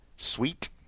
Sweet